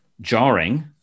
jarring